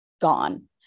gone